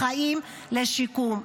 החזירו את המתים לקבורה ואת החיים לשיקום.